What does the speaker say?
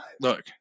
look